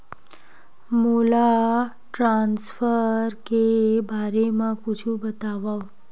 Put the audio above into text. मोला ट्रान्सफर के बारे मा कुछु बतावव?